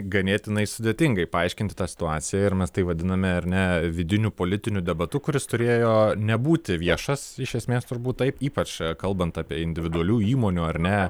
ganėtinai sudėtingai paaiškinti tą situaciją ir mes tai vadiname ar ne vidiniu politiniu debatu kuris turėjo nebūti viešas iš esmės turbūt taip ypač kalbant apie individualių įmonių ar ne